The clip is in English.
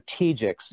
strategics